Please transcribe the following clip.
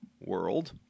world